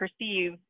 perceive